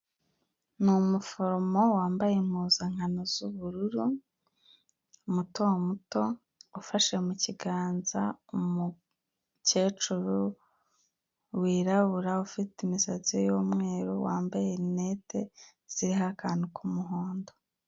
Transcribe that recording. Ni umuforomo wambaye impuzankano z'ubururu muto muto ufashe mukiganza umukecuru wirabura ufite imisatsi y'umweru wambaye rinete ziriho akantu kumuhondo.